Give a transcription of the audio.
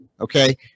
okay